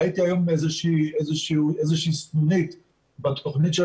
ראיתי היום איזושהי סנונית בתוכנית של